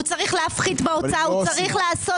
הוא צריך להפחית בהוצאה והוא צריך לעשות